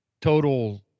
total